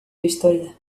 historia